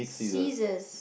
scissors